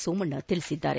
ಸೋಮಣ್ಣ ತಿಳಿಸಿದ್ದಾರೆ